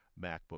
MacBook